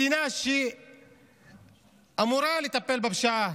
מדינה שאמורה לטפל בפשיעה,